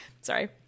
Sorry